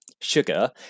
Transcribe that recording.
sugar